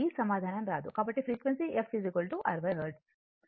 కాబట్టి frequency f 60 hertz